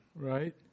right